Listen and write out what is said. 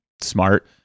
smart